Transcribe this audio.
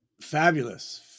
Fabulous